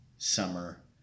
summer